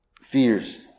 Fears